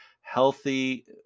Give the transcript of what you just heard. healthy